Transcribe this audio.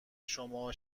شما